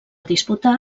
disputar